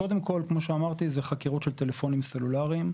קודם כל אלה חקירות של טלפונים סלולאריים,